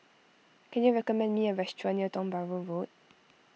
can you recommend me a restaurant near Tiong Bahru Road